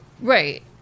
Right